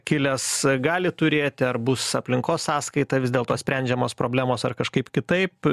kilęs gali turėti ar bus aplinkos ataskaita vis dėl to sprendžiamos problemos ar kažkaip kitaip